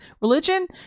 Religion